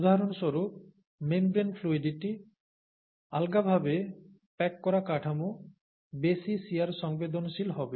উদাহরণস্বরূপ 'membrane fluidity' আলগাভাবে pack করা কাঠামো বেশি শিয়ার সংবেদনশীল হবে